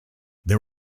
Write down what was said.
there